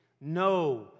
No